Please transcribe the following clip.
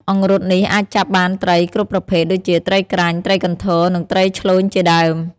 អង្រុតនេះអាចចាប់បានត្រីគ្រប់ប្រភេទ ដូចជាត្រីក្រាញ់ ត្រីកន្ធរ និងត្រីឆ្លូញជាដើម។